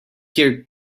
here